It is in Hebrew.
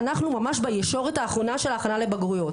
אנחנו ממש בישורת האחרונה של ההכנה לבגרויות